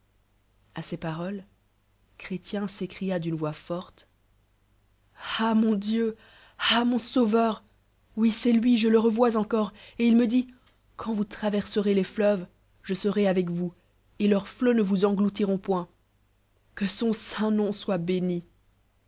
a ces paroles chrétien s'écria d'tinc voix forte ah mon dieu ah mon sauveur oui c'est lui je ic revois encore et il tue dit quaud vous traverserez les fleuves je serai avec vous et leurs flots ne vous ci loutirant joint que son saint nom soit béni